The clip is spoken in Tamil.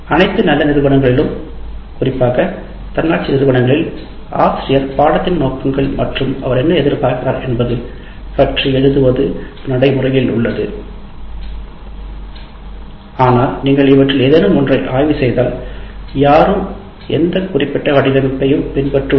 அனைத்து நல்ல நிறுவனங்களிலும் குறிப்பாக தன்னாட்சி நிறுவனங்களில்கா ஆசிரியர் பாடத்தின் நோக்கங்கள் மற்றும் அவர் என்ன எதிர்பார்க்கிறார் என்பது பற்றி எழுதுவது நடைமுறையிலுள்ளது ஆனால் நீங்கள் இவற்றில் ஏதேனும் ஒன்றை ஆய்வு செய்தால் யாரும் எந்த குறிப்பிட்ட வடிவமைப்பையும் பின்பற்றுவதில்லை